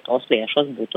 tos lėšos būtų